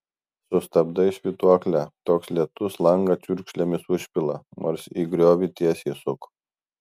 sustabdai švytuoklę toks lietus langą čiurkšlėmis užpila nors į griovį tiesiai suk